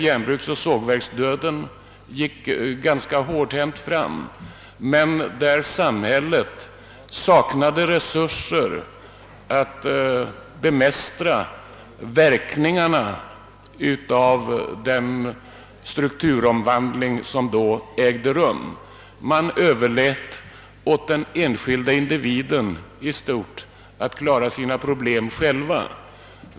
Järnbruksoch sågverksdöden gick ganska hårdhänt fram, men samhället saknade resurser att bemästra verkningarna av den strukturomwvandling som då ägde rum. Den enskilde individen fick i stort sett klara sina problem själv.